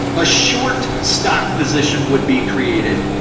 a short stock position would be created.